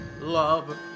Love